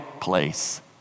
place